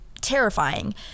terrifying